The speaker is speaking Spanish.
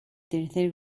tercer